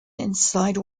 inside